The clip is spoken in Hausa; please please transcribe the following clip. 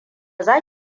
za